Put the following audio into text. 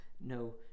no